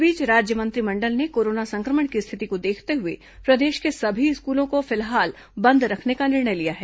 इस बीच राज्य मंत्रिमंडल ने कोरोना संक्रमण की स्थिति को देखते हुए प्रदेश के सभी स्कूलों को फिलहाल बंद रखने का निर्णय लिया है